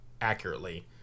accurately